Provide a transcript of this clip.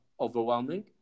overwhelming